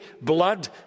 blood